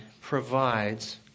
provides